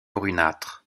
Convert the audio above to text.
brunâtre